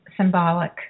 symbolic